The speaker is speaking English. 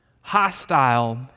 hostile